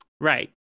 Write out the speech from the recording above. right